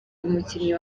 umukinnyi